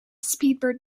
speedbird